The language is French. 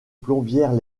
plombières